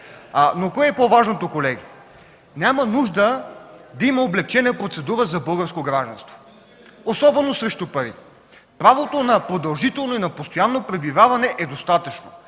Но кое е по-важното, колеги? Няма нужда да има облекчена процедура за българско гражданство, особено срещу пари. Правото на продължително и на постоянно пребиваване е достатъчно.